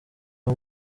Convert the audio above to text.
uwo